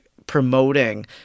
promoting